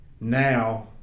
now